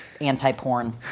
anti-porn